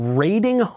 raiding